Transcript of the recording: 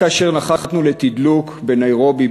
רק כאשר נחתנו לתדלוק בניירובי,